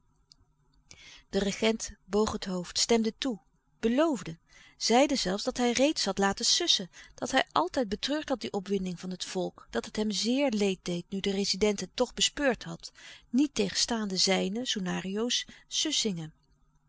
de regent boog het hoofd stemde toe beloofde zeide zelfs dat hij reeds had laten louis couperus de stille kracht sussen dat hij altijd betreurd had die opwinding van het volk dat het hem zeer leed deed nu de rezident het toch bespeurd had niettegenstaande zijne soenario's